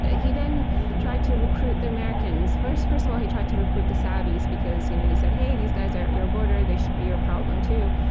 ah he then tried to recruit the americans. first first of all, he tried to recruit the saudis because you know he said, hey, these guys are at your border. they should be your problem, too.